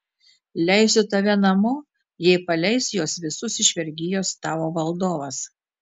leisiu tave namo jei paleis juos visus iš vergijos tavo valdovas